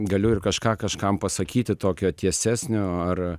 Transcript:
galiu ir kažką kažkam pasakyti tokio tiesesnio ar